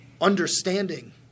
understanding